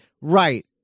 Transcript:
Right